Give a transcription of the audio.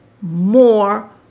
more